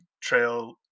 trail